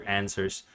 answers